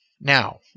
Now